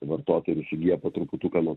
vartotojai ir įsigyja po truputuką nu